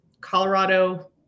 Colorado